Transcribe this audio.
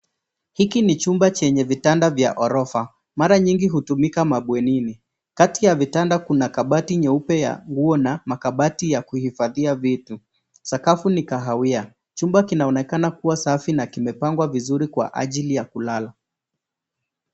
Hiki ni chumba chenye vitanda vya ghorofa. Mara nyingi hutumika mabwenini. Kati ya vitanda kuna kabati nyeupe ya nguo na makabati ya kuhifadhia vitu. Sakafu ni kahawia. Chumba kinaonekana kuwa safi na kimepangwa vizuri kwa ajili ya kulala.